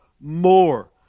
more